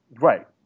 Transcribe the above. Right